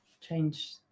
change